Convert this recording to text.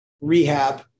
rehab